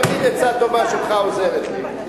תמיד עצה טובה שלך עוזרת לי.